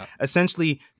essentially